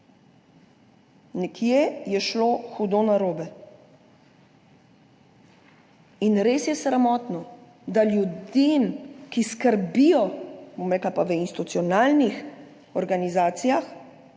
Nekje je šlo hudo narobe in res je sramotno, da ljudem, ki pa skrbijo v institucionalnih organizacijah,